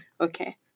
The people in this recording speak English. Okay